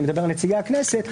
אני מדבר על נציגי הכנסת,